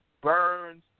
Burns